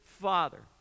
Father